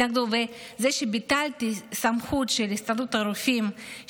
וזה שביטלת סמכות של הסתדרות הרופאים,